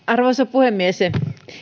puhemies pidän